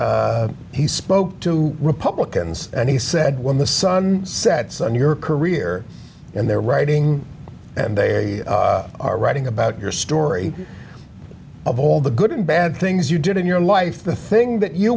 he spoke to republicans and he said when the sun sets on your career in their writing and they are writing about your story of all the good and bad things you did in your life the thing that you